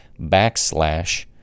backslash